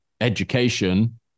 education